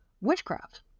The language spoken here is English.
witchcraft